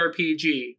rpg